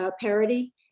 parity